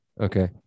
Okay